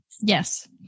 Yes